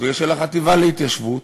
בגלל שלחטיבה להתיישבות